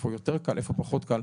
איפה יותר קל, איפה פחות קל.